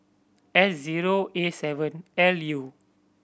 S zero A seven L U